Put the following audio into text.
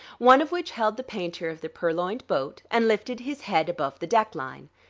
one of which held the painter of the purloined boat, and lifted his head above the deck line.